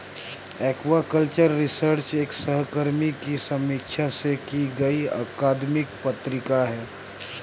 aquaculture research एक सहकर्मी की समीक्षा की गई अकादमिक पत्रिका है